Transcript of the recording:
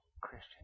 Christian